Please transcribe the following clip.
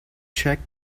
check